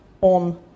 on